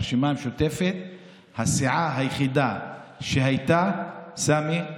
הרשימה המשותפת היא הסיעה היחידה שהייתה, סמי,